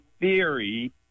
Theory